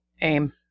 aim